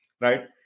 right